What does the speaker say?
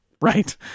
right